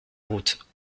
route